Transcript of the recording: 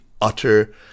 utter